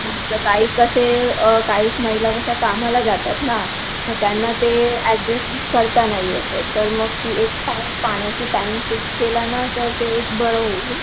हां तर काही कसे कैक महिला कशा कामाला जातात ना मग त्यांना ते ॲडजस्ट करता नाही येते कारण पाण्याची टायमिंग फिक्स केला ना तर ते एक बरं होईल